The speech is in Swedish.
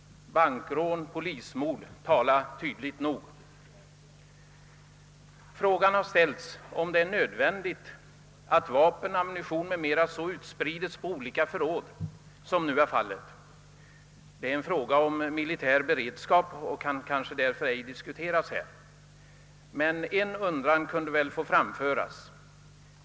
Bankrån och polismord talar sitt tydliga språk. Det har ifrågasatts om det är nödvändigt att utsprida vapen, ammunition m.m. på så många olika förråd som nu är fallet, men det är ju en fråga om militär beredskap som kanske inte kan diskuteras här. Men en undran kunde kanske få framföras.